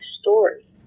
story